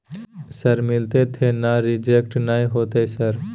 Sir मिलते थे ना रिजेक्ट नय होतय सर?